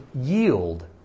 yield